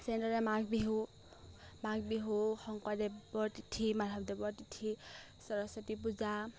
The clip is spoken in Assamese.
যেনেদৰে মাঘ বিহু মাঘ বিহু শংকৰদেৱৰ তিথি মাধৱদেৱৰ তিথি সৰস্বতী পূজা